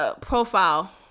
Profile